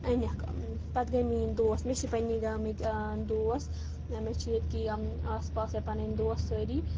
أنِکھ پَتہٕ گٔے میٲنۍ دوس مےٚ چھِ پَنٕنہِ گامٔکۍ دوس مےٚ چھِ ییٚتہِ کی یِم آس پاس یا پَنٕنۍ دوس سٲری